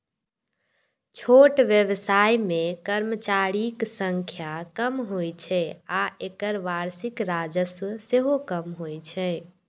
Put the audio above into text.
छोट व्यवसाय मे कर्मचारीक संख्या कम होइ छै आ एकर वार्षिक राजस्व सेहो कम होइ छै